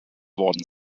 worden